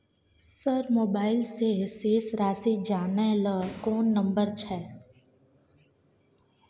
Sir mobile से शेस राशि जानय ल कोन नंबर छै?